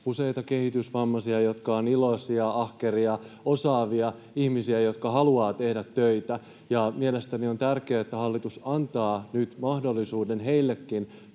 useita kehitysvammaisia, jotka ovat iloisia, ahkeria, osaavia ihmisiä, jotka haluavat tehdä töitä, ja mielestäni on tärkeää, että hallitus antaa nyt heillekin